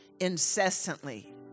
incessantly